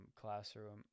classroom